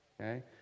Okay